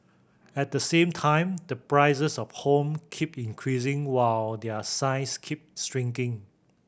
at the same time the prices of home keep increasing while their size keep shrinking